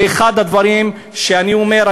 זה אחד הדברים שאני אומר.